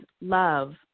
love